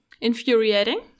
infuriating